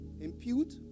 impute